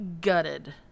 gutted